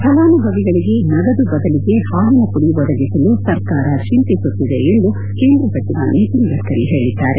ಫಲಾನುಭವಿಗಳಿಗೆ ನಗದು ಬದಲಿಗೆ ಹಾಲಿನ ಮಡಿ ಒದಗಿಸಲು ಸರ್ಕಾರ ಚಿಂತಿಸುತ್ತಿದೆ ಎಂದು ಕೇಂದ್ರ ಸಚಿವ ನಿತಿನ್ ಗಡ್ಕರಿ ಪೇಳಿದ್ದಾರೆ